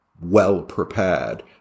well-prepared